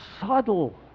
subtle